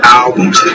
albums